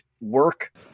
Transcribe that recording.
work